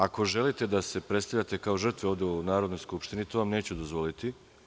A vi, ako želite da se predstavljate kao žrtve ovde u Narodnoj skupštini, to vam neću dozvoliti.